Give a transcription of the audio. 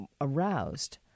aroused